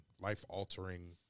life-altering